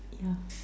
yeah